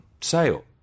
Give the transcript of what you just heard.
sale